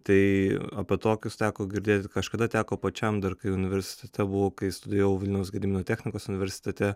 tai apie tokius teko girdėti kažkada teko pačiam dar kai universitete buvau kai studijavau vilniaus gedimino technikos universitete